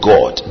God